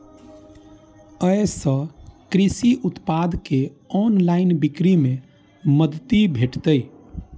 अय सं कृषि उत्पाद के ऑनलाइन बिक्री मे मदति भेटतै